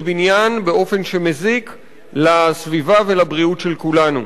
בניין באופן שמזיק לסביבה ולבריאות של כולנו.